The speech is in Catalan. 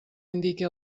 indique